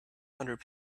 hundred